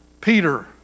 Peter